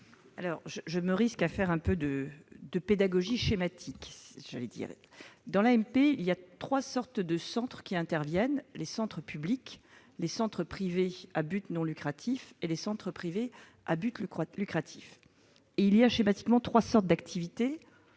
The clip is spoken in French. de me risquer à faire un peu de pédagogie schématique ... En matière d'AMP, trois types de centres interviennent : les centres publics, les centres privés à but non lucratif et les centres privés à but lucratif. Il y a, schématiquement, trois sortes d'activités